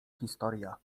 historia